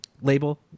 label